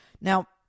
Now